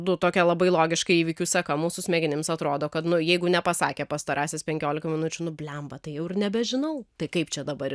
nu tokią labai logiška įvykių seka mūsų smegenims atrodo kad nu jeigu nepasakė pastarąsias penkiolika minučių nu blemba tai jau ir nebežinau tai kaip čia dabar